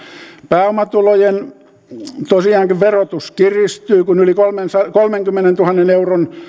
pääomatulojen verotus tosiaankin kiristyy kun yli kolmenkymmenentuhannen euron